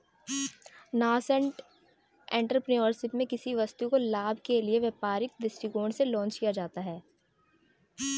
nascent entrepreneurship में किसी वस्तु को लाभ के लिए व्यापारिक दृष्टिकोण से लॉन्च किया जाता है